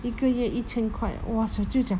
一个月一千块 !wah! 小舅讲